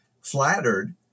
flattered